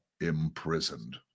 imprisoned